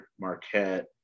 Marquette